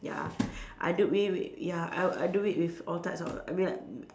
ya I do it we we ya I I do it with all types of I mean like